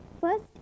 First